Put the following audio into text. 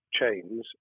chains